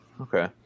Okay